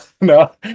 no